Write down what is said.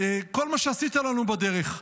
כל מה שנעשה בדרך.